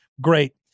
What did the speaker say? great